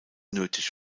nötig